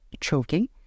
choking